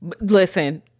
Listen